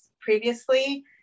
previously